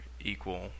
equal